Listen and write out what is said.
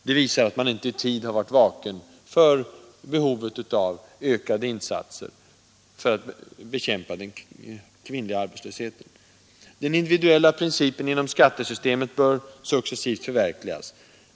Det visar att man inte i tid har varit vaken för behovet av ökade insatser för att bekämpa den kvinnliga arbetslösheten. Den individuella principen inom skattesystemet bör successivt förverk ligas.